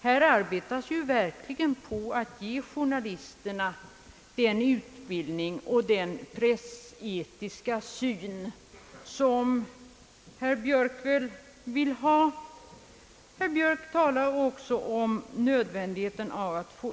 Här arbetas ju verkligen på att ge journalisterna den utbildning och den pressetiska syn som väl herr Björk vill ha. Herr Björk talar också om nödvändigheten av att man